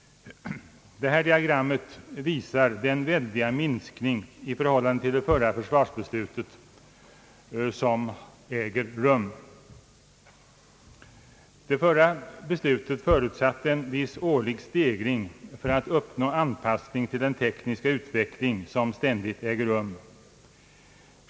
Detta diagram visar den väldiga minskning i förhållande till det förra försvarsbeslutet som äger rum. Det förra beslutet förutsatte en viss årlig stegring för att uppnå anpassning till den tekniska utveckling som oavbrutet äger rum.